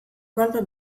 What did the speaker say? koldo